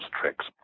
tricks